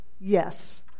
Yes